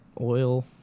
oil